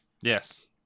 Yes